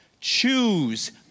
choose